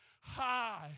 high